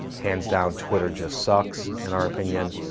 hands down, twitter just sucks in our opinion.